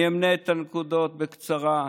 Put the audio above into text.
אני אמנה את הנקודות בקצרה,